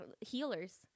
Healers